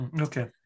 Okay